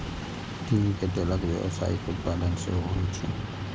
तिल के तेलक व्यावसायिक उत्पादन सेहो होइ छै